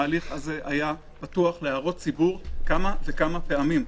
ההליך הזה היה פתוח להערות ציבור כמה וכמה פעמים.